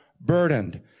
burdened